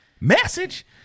Message